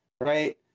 right